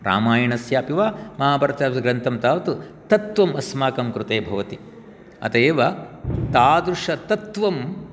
रामायणस्य अपि वा महाभारत ग्रन्थं तावत् तत्त्वम् अस्माकं कृते भवति अतः एव तादृशतत्त्वं